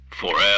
Forever